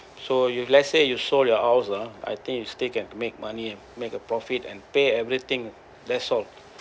so you let's say you sold your house ah I think you still can make money and make a profit and pay everything that's all